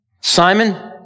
Simon